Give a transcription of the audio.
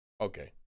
okay